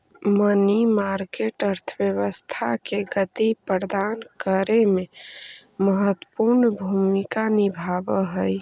money market अर्थव्यवस्था के गति प्रदान करे में महत्वपूर्ण भूमिका निभावऽ हई